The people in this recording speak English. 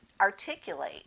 articulate